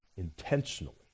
intentionally